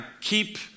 keep